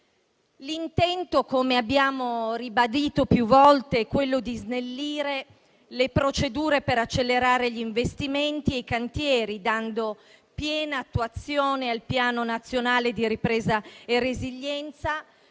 L'intento, come abbiamo ribadito più volte, è quello di snellire le procedure per accelerare gli investimenti e i cantieri, dando piena attuazione al Piano nazionale di ripresa e resilienza,